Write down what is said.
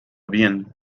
bien